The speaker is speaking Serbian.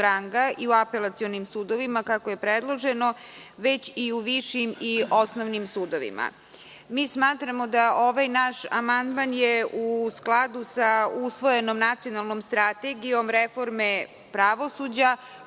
i u apelacionim sudovima, kako je predloženo, već i u višim i osnovnim sudovima. Mi smatramo da je ovaj naš amandman u skladu sa usvojenom Nacionalnom strategijom reforme pravosuđa,